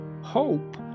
hope